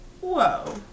whoa